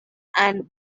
and